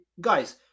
guys